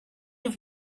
have